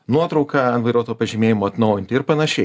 nuotrauką vairuotojo pažymėjimo atnaujinti ir panašiai